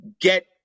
get